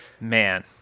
man